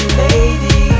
lady